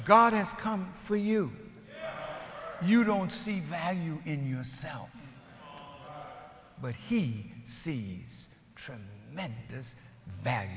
god has come for you you don't see value in yourself but he sees true men this bag